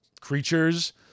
creatures